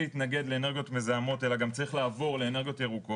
לא מתכוון בזה שצריך להעביר את זה למקום אחר,